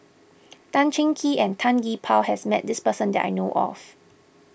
Tan Cheng Kee and Tan Gee Paw has met this person that I know of